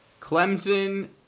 Clemson